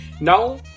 Now